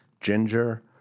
ginger